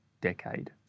decade